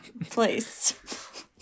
place